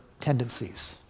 tendencies